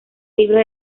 libros